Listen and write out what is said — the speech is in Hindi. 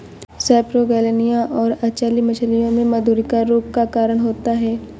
सेपरोगेलनिया और अचल्य मछलियों में मधुरिका रोग का कारण होता है